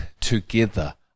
together